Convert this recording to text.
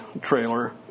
trailer